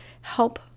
help